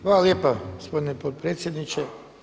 Hvala lijepa gospodine potpredsjedniče.